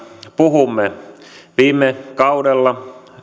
puhumme yrittäjävähennyksestä viime kaudella